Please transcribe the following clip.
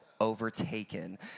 overtaken